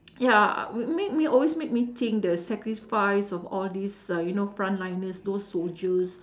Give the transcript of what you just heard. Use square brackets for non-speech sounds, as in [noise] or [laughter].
[noise] ya m~ make me always make me think the sacrifice of all these uh you know front-liners those soldiers